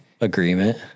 agreement